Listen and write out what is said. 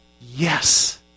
yes